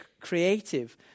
creative